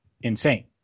insane